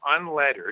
unlettered